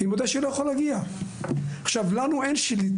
היא מודיעה שהיא לא יכולה להגיע.